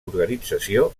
organització